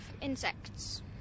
insects